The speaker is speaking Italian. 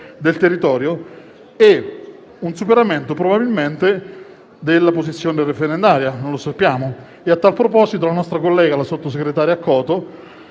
del territorio e probabilmente un superamento della posizione referendaria (non lo sappiamo). A tal proposito, la nostra collega, la sottosegretaria Accoto,